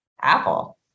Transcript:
apple